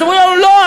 אז אומרים לנו: לא,